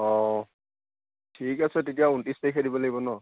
অঁ ঠিক আছে তেতিয়া ঊনত্ৰিছ তাৰিখে দিব লাগিব নহ্